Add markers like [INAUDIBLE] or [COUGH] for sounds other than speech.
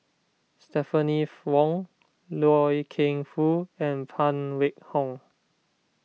Stephanie [NOISE] Wong Loy Keng Foo and Phan Wait Hong